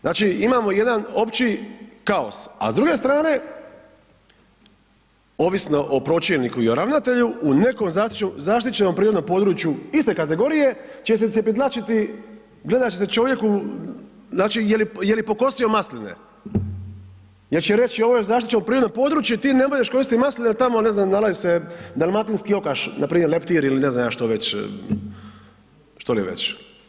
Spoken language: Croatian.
Znači imamo jedan opći kaos, a s druge strane ovisno o pročelniku i o ravnatelju u nekom zaštićenom prirodnom području iste kategorije će se cjepidlačiti, gledat će se čovjeku jeli pokosio masline jer će reći ovo je zaštićeno prirodno područje ti ne možeš kositi masline, tamo ne znam nalazi se Dalmatinski okaš, npr. leptir ili ne znam ja što već, štoli već.